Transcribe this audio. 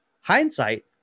Hindsight